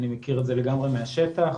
אני מכיר את זה לגמרי מהשטח.